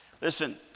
Listen